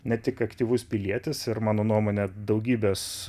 ne tik aktyvus pilietis ir mano nuomone daugybės